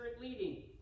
leading